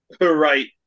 Right